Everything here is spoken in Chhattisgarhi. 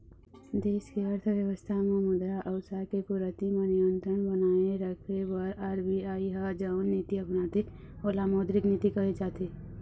देस के अर्थबेवस्था म मुद्रा अउ साख के पूरति म नियंत्रन बनाए रखे बर आर.बी.आई ह जउन नीति अपनाथे ओला मौद्रिक नीति कहे जाथे